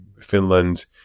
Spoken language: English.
Finland